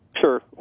Sure